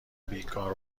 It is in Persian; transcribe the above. بیکار